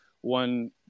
one